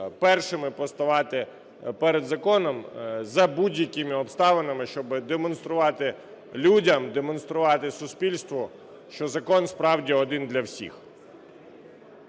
першими поставати перед законом за будь-якими обставинами, щоби демонструвати людям, демонструвати суспільству, що закон, справді, один для всіх.